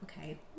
Okay